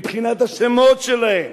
מבחינת השמות שלהם,